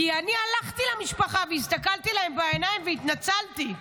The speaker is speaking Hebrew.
כי אני הלכתי למשפחה והסתכלתי להם בעיניים והתנצלתי.